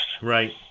Right